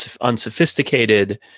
unsophisticated